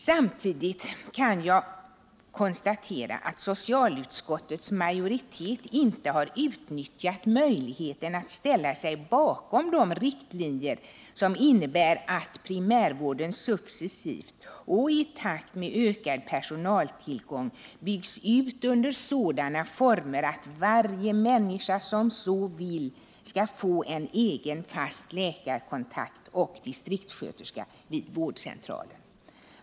Samtidigt kan jag konstatera att socialutskottets majoritet inte har utnyttjat möjligheten att ställa sig bakom de riktlinjer som innebär att primärvården successivt och i takt med ökad personaltillgång byggs ut under sådana former att varje människa som så vill skall få en egen fast läkarkontakt och distriktssköterskekontakt vid vårdcentralen.